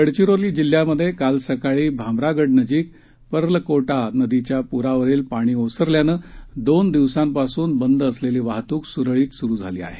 गडचिरोली जिल्ह्यात काल सकाळी भामरागडनजीकच्या पर्लकोटा नदीच्या पुलावरील पाणी ओसरल्यानं दोन दिवसांपासून बंद असलेली वाहतूक सुरळीत झाली आहे